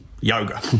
Yoga